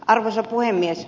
arvoisa puhemies